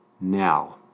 now